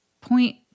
point